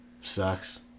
sucks